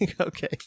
okay